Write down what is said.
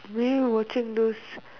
maybe watching those